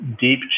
deep